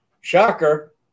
Shocker